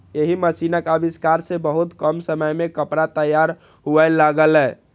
एहि मशीनक आविष्कार सं बहुत कम समय मे कपड़ा तैयार हुअय लागलै